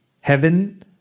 Heaven